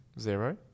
Zero